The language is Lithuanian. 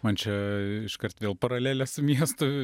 man čia iškart vėl paralelės miestų